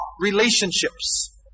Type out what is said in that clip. relationships